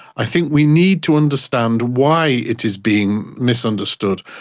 i think we need to understand why it is being misunderstood.